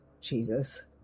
Jesus